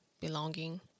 belonging